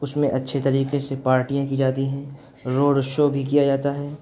اس میں اچّھے طریقے سے پارٹیاں کی جاتی ہیں روڈ شو بھی کیا جاتا ہے